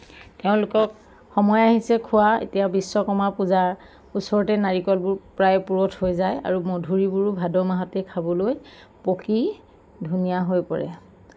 তেওঁলোকক সময় আহিছে খোৱাৰ এতিয়া বিশ্বকৰ্মা পূজা ওচৰতে নাৰিকলবোৰ প্ৰায় পূৰঠ হৈ যায় আৰু মধুৰিবোৰ ভাদ মাহতেই খাবলৈ পকি ধুনীয়া হৈ পৰে